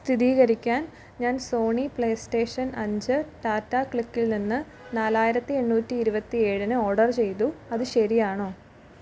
സ്ഥിതീകരിക്കാൻ ഞാൻ Sony PlayStation അഞ്ച് ടാറ്റ ക്ലിക്കിൽനിന്ന് നാലായിരത്തി എണ്ണൂറ്റി ഇരുപത്തേഴിന് ഓർഡർ ചെയ്തു അത് ശരിയാണോ